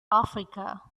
africa